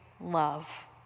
love